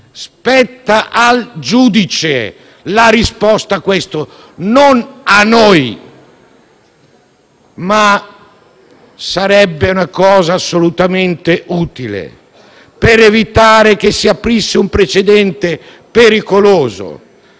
spetta al giudice la risposta a questo, non a noi. Sarebbe tuttavia assolutamente utile, per evitare che si aprisse un precedente pericoloso,